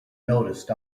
noticed